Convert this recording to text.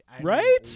Right